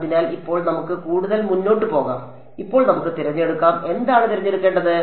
അതിനാൽ ഇപ്പോൾ നമുക്ക് കൂടുതൽ മുന്നോട്ട് പോകാം ഇപ്പോൾ നമുക്ക് തിരഞ്ഞെടുക്കാം എന്താണ് തിരഞ്ഞെടുക്കേണ്ടത്